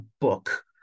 book